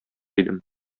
идем